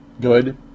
good